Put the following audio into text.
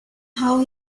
how